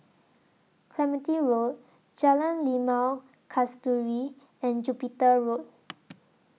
Clementi Road Jalan Limau Kasturi and Jupiter Road